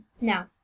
Now